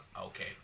okay